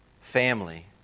Family